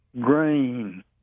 grain